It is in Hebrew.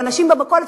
לאנשים במכולת,